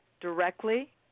directly